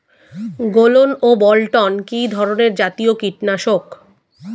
গোলন ও বলটন কি ধরনে জাতীয় কীটনাশক?